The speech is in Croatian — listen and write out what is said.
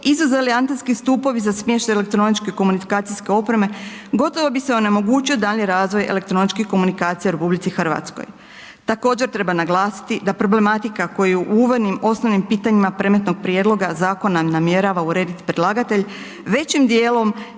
izuzeli antenski stupovi za smještaj elektroničke komunikacijske opreme, gotovo bi se onemogućio daljnji razvoj elektroničkih komunikacija u RH. Također treba naglasiti da problematika koji u uvodnim osnovnim pitanjima predmetnog prijedloga zakona namjerava urediti predlagatelj, većinom djelom